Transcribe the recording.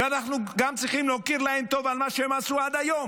ואנחנו גם צריכים להכיר להם תודה על מה שהם עשו עד היום.